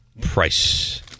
price